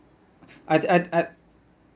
I'd I'd I'd